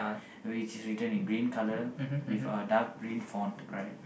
which is written in green color with a dark green font right